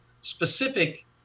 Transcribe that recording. specific